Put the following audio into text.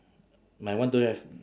my one don't have